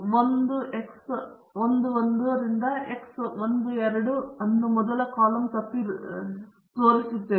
ಹಾಗಾಗಿ ನಾನು X ಅವಿಭಾಜ್ಯವನ್ನು ಇರಿಸಿದರೆ X 1 k ಗೆ 1 X 11 X 12 ಅನ್ನು ಮೊದಲ ಕಾಲಮ್ ತಪ್ಪಿರುತ್ತದೆ